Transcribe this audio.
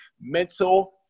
mental